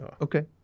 Okay